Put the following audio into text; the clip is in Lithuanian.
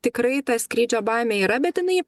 tikrai ta skrydžio baimė yra bet jinai